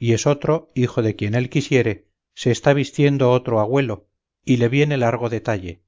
y esotro hijo de quien él quisiere se está vistiendo otro agüelo y le viene largo de talle